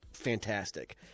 fantastic